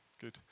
Good